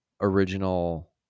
original